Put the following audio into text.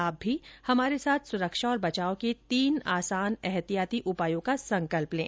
आप भी हमारे साथ सुरक्षा और बचाव के तीन आसान एहतियाती उपायों का संकल्प लें